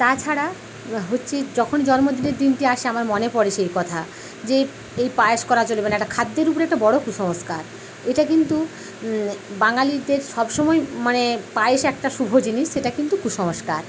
তাছাড়া হচ্ছে যখনই জন্মদিনের দিনটি আসে আমার মনে পরে সেই কথা যে এই পায়েস করা চলবে না একটা খাদ্যের উপরে একটা বড়ো কুসংস্কার এটা কিন্তু বাঙালিদের সবসময় মানে পায়েস একটা শুভ জিনিস সেটা কিন্তু কুসংস্কার